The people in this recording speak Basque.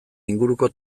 inguruko